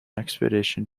expedition